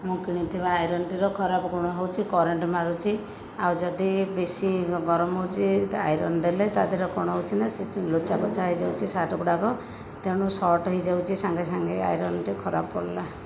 ମୁଁ କିଣିଥିବା ଆଇରନ୍ଟିର ଖରାପ ଗୁଣ ହେଉଛି କରେଣ୍ଟ ମାରୁଛି ଆଉ ଯଦି ବେଶୀ ଗରମ ହେଉଛି ଆଇରନ୍ ଦେଲେ ତା ଦେହରେ କଣ ହେଉଛି ନା ସେ ଲୋଚା ଲୋଚା ହୋଇଯାଉଛି ସାର୍ଟ ଗୁଡ଼ାକ ତେଣୁ ସର୍ଟ ହୋଇଯାଉଛି ସାଙ୍ଗେ ସାଙ୍ଗେ ଆଇରନ୍ଟି ଖରାପ ପଡ଼ିଲା